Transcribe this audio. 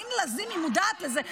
האם לזימי מודעת לזה --- באתי,